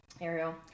Ariel